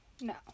No